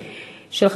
מס' 1262 ו-1348,